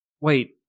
Wait